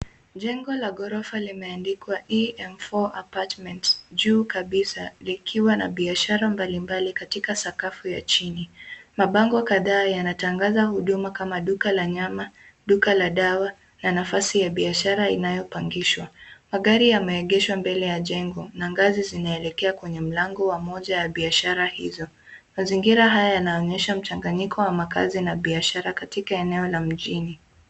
Jengo la ghorofa limeandikwa (cs)EM4 appartments(cs) juu kabisa. Likiwa na biashara mbali mbali katika sakafu ya chini. Mabango kadhaa yanatangaza huduma kama duka la nyama, duka la dawa na nafasi ya biashara inayopangishwa. Magari yameegeshwa mbele ya jengo na ngazi zinaelekea kwenye mlango wa moja ya biashara hizo. Mazingira haya yanaonyesha mchanganyiko wa makazi na biashara katika eneo la mjini.